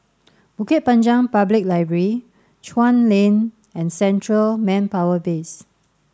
Bukit Panjang Public Library Chuan Lane and Central Manpower Base